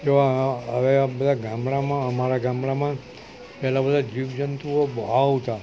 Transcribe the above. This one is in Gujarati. જો આ આ હવે આ બધા ગામડાંમાં અમારાં ગામડામાં પહેલાં બધા જીવજંતુઓ બહુ હતા